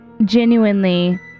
Genuinely